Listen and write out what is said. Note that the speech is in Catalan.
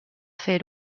fer